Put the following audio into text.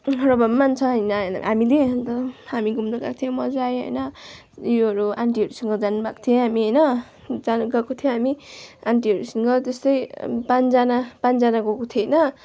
र भए पनि अब मान्छ होइन हामीले अन्त हामी घुम्नु गएको थियौँ मजा आयो होइन उयोहरू आन्टीहरूसँग जानुभएको थियो हामी होइन जानु गएको थियो हामी आन्टीहरूसँग त्यस्तै पाँचजना पाँचजना गएको थियौँ होइन